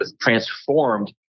transformed